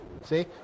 See